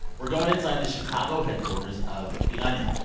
we're going inside the chicago headquarters of the onion,